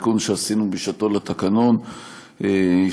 בתיקון שעשינו בשעתו בתקנון הכנסנו